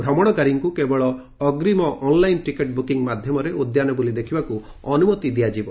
ଭ୍ରମଣକାରୀଙ୍କୁ କେବଳ ଅଗ୍ରୀମ online ticket booking ମାଧ୍ୟମରେ ଉଦ୍ୟାନ ବୁଲି ଦେଖିବାକୁ ଅନୁମତି ଦିଆଯିବ